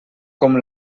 com